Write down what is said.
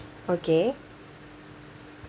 okay